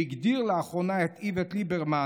שהגדיר לאחרונה את איווט ליברמן,